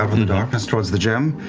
ah the darkness towards the gem,